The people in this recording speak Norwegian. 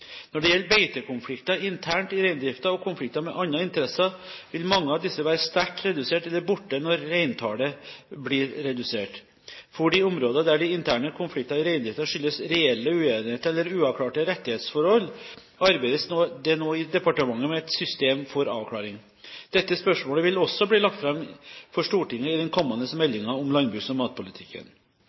Når det gjelder beitekonflikter internt i reindriften og konflikter med andre interesser, vil mange av disse være sterkt redusert eller borte når reintallet blir redusert. For de områder der de interne konfliktene i reindriften skyldes reelle uenigheter eller uavklarte rettighetsforhold, arbeides det nå i departementet med et system for avklaring. Dette spørsmålet vil også bli lagt fram for Stortinget i den kommende meldingen om landbruks- og matpolitikken.